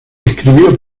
escribió